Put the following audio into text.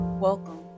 welcome